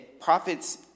Prophets